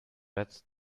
red